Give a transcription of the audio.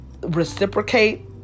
reciprocate